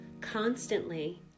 constantly